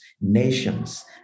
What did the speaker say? nations